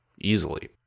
easily